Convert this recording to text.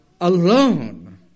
alone